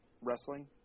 Wrestling